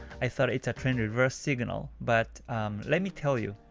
i thought it's a trend reverse signal. but let me tell you,